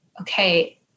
okay